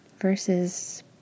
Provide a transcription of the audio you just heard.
versus